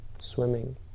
swimming